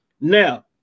Now